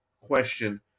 Question